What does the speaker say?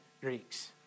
Greeks